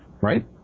right